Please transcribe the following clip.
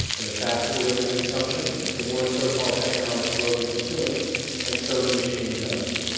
and the faster the rate of consumption the more so-called economic growth is assumed and so the machine goes.